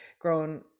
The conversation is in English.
grown